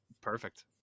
Perfect